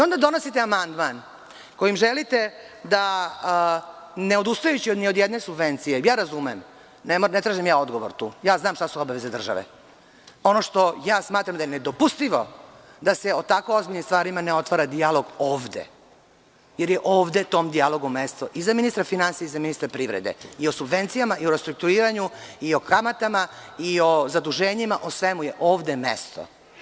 Onda donosite amandman kojim želite da, ne odustajući i od ni jedne subvencije, ja razumem, ne tražim odgovor tu, znam šta su obaveze države, ono što smatram da je nedopustivo da se o tako ozbiljnim stvarima ne otvara dijalog ovde, jer je ovde tom dijalogu mesto i za ministra finansija i za ministra privrede i o subvencijama i o restrukturiranju i o kamatama i o zaduženjima, o svemu je ovde mesto.